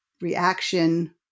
reaction